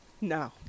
No